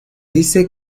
dice